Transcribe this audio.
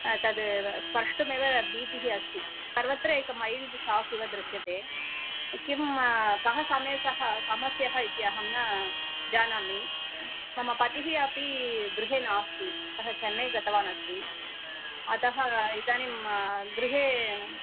तद् स्प्रष्टुमेव भीतिः अस्ति सर्वत्र एक मैल्ड् शोक् इव दृश्यते किं कः समेसः समस्या इति अहं न जानामि मम पतिः अपि गृहे नास्ति सः चन्नै गतवान् अस्ति अतः इदानीं गृहे